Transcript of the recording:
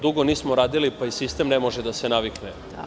Dugo nismo radili, pa i sistem ne može da se navikne.